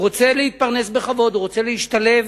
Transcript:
הוא רוצה להתפרנס בכבוד, הוא רוצה להשתלב